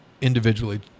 individually